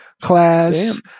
class